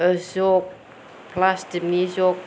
जग पलास्टिकनि जग